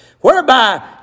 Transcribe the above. whereby